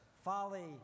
folly